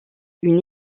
une